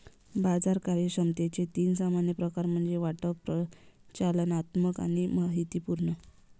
बाजार कार्यक्षमतेचे तीन सामान्य प्रकार म्हणजे वाटप, प्रचालनात्मक आणि माहितीपूर्ण